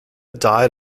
died